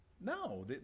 No